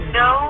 no